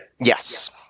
Yes